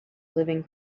living